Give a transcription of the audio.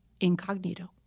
incognito